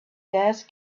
gas